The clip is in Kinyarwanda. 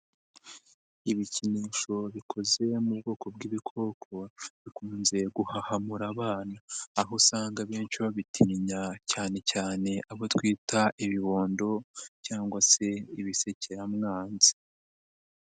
Ibikinisho bikoze mu bwoko bw'ibikoko, bikunze guhahamura abana. Aho usanga abenshi babitinya cyane cyane abo twita ibibondo cyangwa se ibisekeramwanzi.